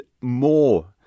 more